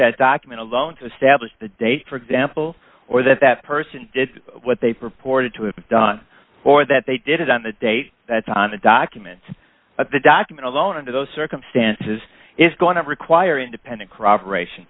that document alone to establish the date for example or that that person did what they purported to have done or that they did it on the date that's on the documents of the document alone under those circumstances is going to require independent corroboration